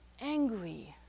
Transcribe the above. angry